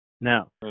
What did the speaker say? Now